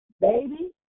baby